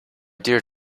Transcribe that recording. dear